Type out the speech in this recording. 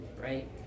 right